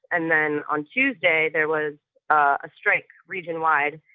and then on tuesday, there was a strike region-wide,